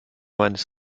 meines